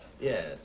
yes